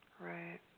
Right